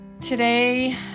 Today